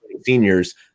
seniors